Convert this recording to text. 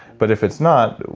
but if it's not,